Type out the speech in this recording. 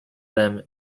them